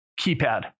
keypad